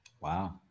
Wow